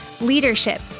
leadership